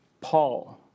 Paul